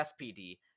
SPD